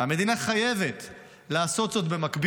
המדינה חייבת לעשות זאת במקביל,